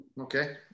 Okay